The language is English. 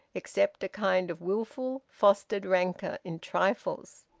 except a kind of wilful, fostered rancour in trifles.